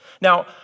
Now